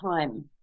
time